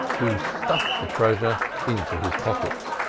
who stuffed the treasure into his pockets.